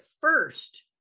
first